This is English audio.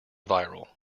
viral